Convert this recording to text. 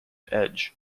edge